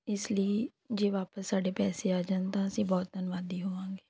ਇਸ ਲਈ ਜੇ ਵਾਪਸ ਸਾਡੇ ਪੈਸੇ ਆ ਜਾਣ ਤਾਂ ਅਸੀਂ ਬਹੁਤ ਧੰਨਵਾਦੀ ਹੋਵਾਂਗੇ